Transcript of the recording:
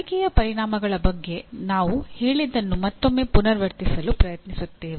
ಕಲಿಕೆಯ ಪರಿಣಾಮಗಳ ಬಗ್ಗೆ ನಾವು ಹೇಳಿದ್ದನ್ನು ಮತ್ತೊಮ್ಮೆ ಪುನರಾವರ್ತಿಸಲು ಪ್ರಯತ್ನಿಸುತ್ತೇವೆ